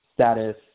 Status